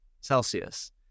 celsius